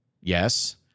Yes